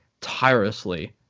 tirelessly